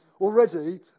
already